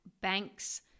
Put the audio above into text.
banks